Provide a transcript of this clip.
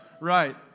Right